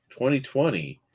2020